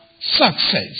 success